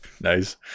nice